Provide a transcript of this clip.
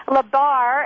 Labar